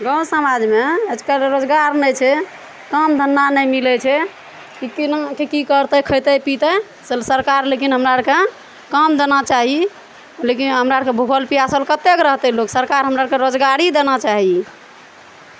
गाँव समाजमे आइकाल्हि रोजगार नहि छै काम धन्धा नहि मिलै छै की केना कए की करतै खैतै पीतै चलू सरकार लेकिन हमरा आरके काम देना चाही लेकिन हमरा आरकए भूखल पियासल कत्तेक रहतै लोक सरकार हमरा आरकए रोजगारी देना चाही